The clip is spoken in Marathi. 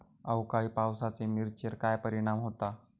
अवकाळी पावसाचे मिरचेर काय परिणाम होता?